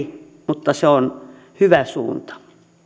mutta se on hyvä suunta